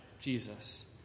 Jesus